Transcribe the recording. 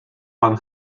pan